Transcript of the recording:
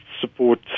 support